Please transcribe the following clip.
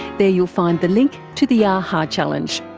there you'll find the link to the ah a-ha! challenge.